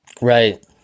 Right